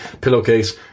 pillowcase